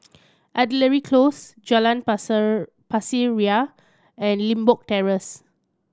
Artillery Close Jalan Pasir Ria and Limbok Terrace